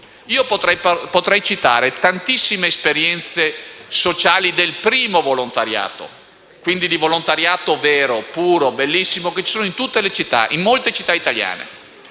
Potrei citare tantissime esperienze sociali del primo volontariato, quindi di volontariato vero, puro, bellissimo, presente in molte città italiane,